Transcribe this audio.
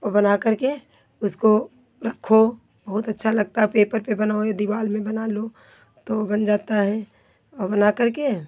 और बनाकर के उसको रखो बहुत अच्छा लगता है और पेपर पे बनाओ या दीवाल में बना लो तो बन जाता है और बनाकर के